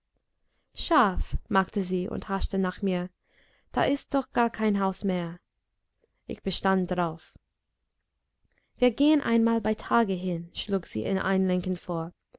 schaf machte sie und haschte nach mir da ist doch gar kein haus mehr ich bestand darauf wir gehen einmal bei tage hin schlug sie einlenkend vor